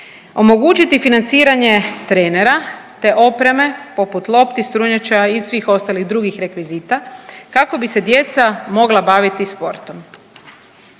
omogućiti financiranje trenera te opreme poput lopti, strunjača i svih ostalih drugih rekvizita kako bi se djeca mogla baviti sportom.